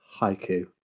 haiku